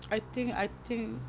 I think I think